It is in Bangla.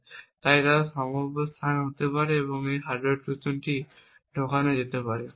এবং তাই তারা সম্ভাব্য স্থান হতে পারে যেখানে একটি হার্ডওয়্যার ট্রোজান ঢোকানো হতে পারে